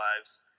lives –